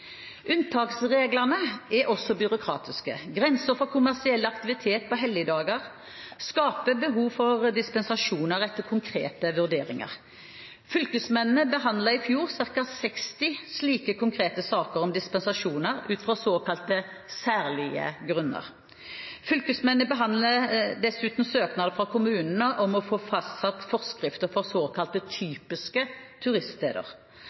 Unntaksreglene er også byråkratiske. Grenser for kommersiell aktivitet på helligdager skaper behov for dispensasjoner etter konkrete vurderinger. Fylkesmennene behandlet i fjor ca. 60 konkrete saker om dispensasjoner ut fra såkalte særlige grunner. Fylkesmennene behandler dessuten søknader fra kommunene om å få fastsatt forskrifter for såkalte typiske turiststeder.